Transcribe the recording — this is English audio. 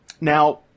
Now